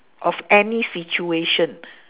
of any situation